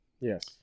Yes